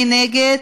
מי נגד?